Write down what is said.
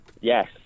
Yes